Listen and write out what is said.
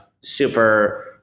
super